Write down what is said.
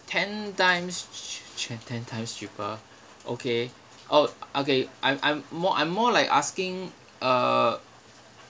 ten times ch~ ten ten times cheaper okay oh okay I'm I'm more I'm more like asking uh